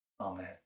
Amen